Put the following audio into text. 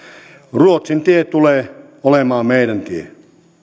ruotsin tie tulee olemaan meidän tie